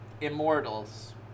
Immortals